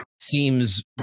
seems